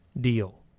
deal